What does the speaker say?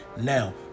Now